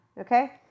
Okay